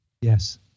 Yes